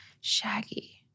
Shaggy